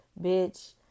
bitch